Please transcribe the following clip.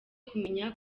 kumenya